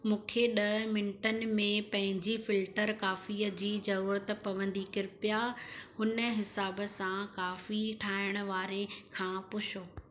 मूंखे ॾह मिंटनि में पंहिंजी फिल्टर कॉफीअ जी ज़रूरत पवंदी कृपया हुन हिसाब सां कॉफी ठाहिण वारे खां पुछो